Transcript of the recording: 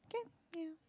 can yeah